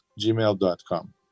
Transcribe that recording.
gmail.com